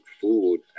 food